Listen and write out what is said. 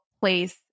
place